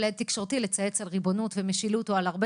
הד תקשורתי לצייץ על ריבונות ומשילות או על הרבה